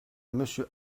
monsieur